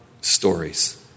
stories